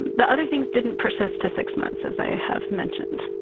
the other things didn't persist to six months, as i have mentioned.